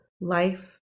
life